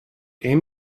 aim